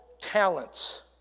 talents